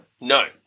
No